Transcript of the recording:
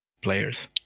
players